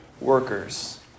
workers